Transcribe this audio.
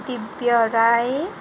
Divya Rai